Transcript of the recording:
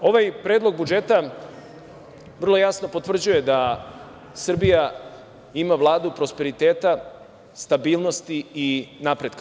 Ovaj Predlog budžeta vrlo jasno potvrđuje da Srbija ima Vladu prosperiteta, stabilnosti i napretka.